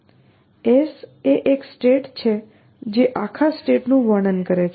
S એ એક state છે જે આખા સ્ટેટનું વર્ણન કરે છે